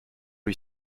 lui